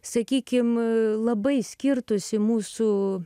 sakykim labai skirtųsi mūsų